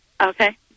Okay